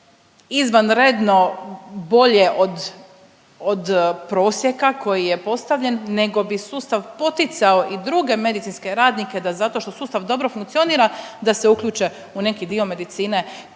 izvanredno bolje od prosjeka koji je postavljen nego bi sustav poticao i druge medicinske radnike da zato što sustav dobro funkcionira da se uključe u neki dio medicine